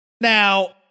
Now